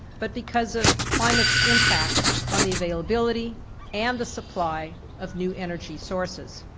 but because of climate's impact on the availability and the supply of new energy sources.